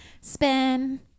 spin